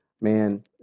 man